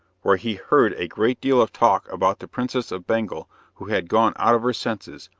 where he heard a great deal of talk about the princess of bengal who had gone out of her senses,